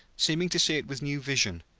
seeming to see it with new vision,